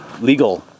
legal